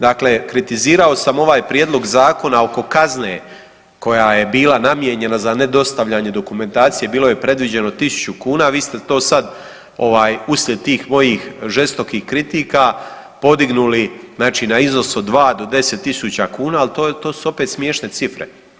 Dakle, kritizirao sam ovaj prijedlog zakona oko kazne koja je bila namijenjena za nedostavljanje dokumentacije bilo je predviđeno 1.000 kuna vi ste to sad ovaj uslijed tih mojih žestokih kritika podignuli znači na iznos od 2 do 10.000 kuna, ali to su opet smiješne cifre.